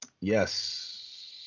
Yes